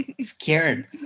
scared